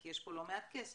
כי יש פה לא מעט כסף.